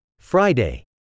Friday